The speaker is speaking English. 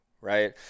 right